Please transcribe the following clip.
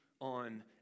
on